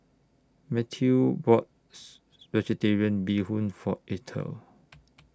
Mathew bought Vegetarian Bee Hoon For Ethyl